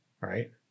right